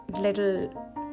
little